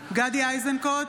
איזנקוט,